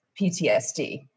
PTSD